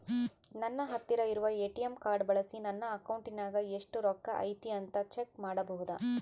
ನನ್ನ ಹತ್ತಿರ ಇರುವ ಎ.ಟಿ.ಎಂ ಕಾರ್ಡ್ ಬಳಿಸಿ ನನ್ನ ಅಕೌಂಟಿನಾಗ ಎಷ್ಟು ರೊಕ್ಕ ಐತಿ ಅಂತಾ ಚೆಕ್ ಮಾಡಬಹುದಾ?